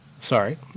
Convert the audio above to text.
Sorry